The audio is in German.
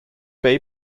bay